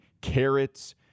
carrots